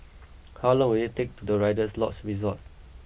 how long will it take to the Rider's Lodge Resort